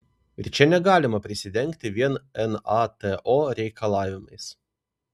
ir čia negalima prisidengti vien nato reikalavimais